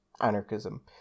anarchism